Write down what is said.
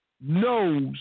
knows